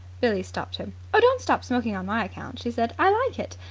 billie stopped him. don't stop smoking on my account, she said. i like it.